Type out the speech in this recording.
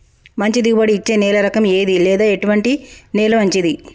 మంచి దిగుబడి ఇచ్చే నేల రకం ఏది లేదా ఎటువంటి నేల మంచిది?